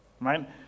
Right